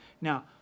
Now